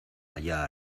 allá